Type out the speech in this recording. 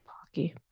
Pocky